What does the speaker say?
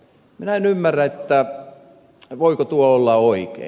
minä en ymmärrä voiko tuo olla oikein